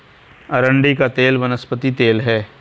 अरंडी का तेल वनस्पति तेल है